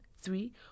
Three